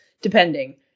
depending